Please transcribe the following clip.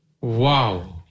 Wow